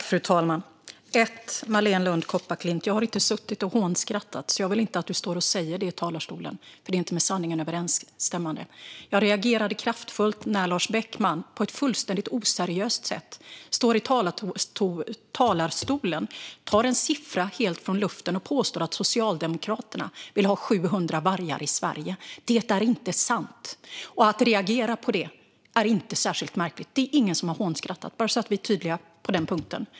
Fru talman! Jag har inte hånskrattat, Marléne Lund Kopparklint. Jag vill inte att du säger det i talarstolen, för det är inte med sanningen överensstämmande. Jag reagerade kraftfullt när Lars Beckman på ett fullständigt oseriöst sätt tog en siffra helt ur luften och påstod att Socialdemokraterna vill ha 700 vargar i Sverige. Det är inte sant! Att jag reagerar på det är inte särskilt märkligt. Det är ingen som har hånskrattat - låt oss vara tydliga på den punkten.